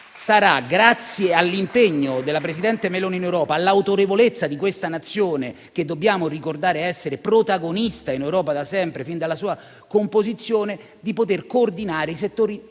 oggi, grazie all'impegno della presidente Meloni in Europa e all'autorevolezza di questa Nazione, che dobbiamo ricordare essere protagonista in Europa, da sempre, fin dalla sua composizione, potrà coordinare anche i settori